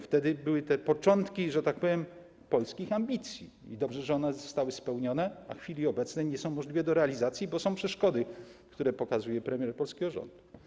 Wtedy były początki, że tak powiem, polskich ambicji i dobrze, że one zostały spełnione, a w chwili obecnej nie są możliwe do realizacji, bo są przeszkody, które pokazuje premier polskiego rządu.